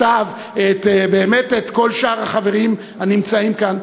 סתיו, באמת את כל שאר החברים הנמצאים כאן.